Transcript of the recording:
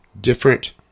different